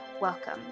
welcome